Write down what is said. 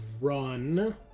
run